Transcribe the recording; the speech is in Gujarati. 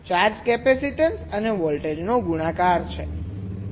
ચાર્જ કેપેસિટેન્સ અને વોલ્ટેજનો ગુણાકાર છે